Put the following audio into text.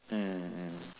mm mm